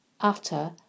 utter